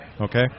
Okay